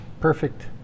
perfect